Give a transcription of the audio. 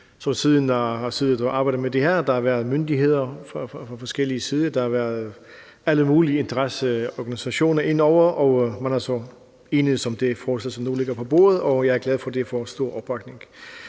siden har siddet og arbejdet med det her. Der har været myndigheder fra forskellig side og alle mulige interesseorganisationer indover, og man er så enedes om det forslag, som nu ligger på bordet, og jeg er glad for, at det får stor opbakning.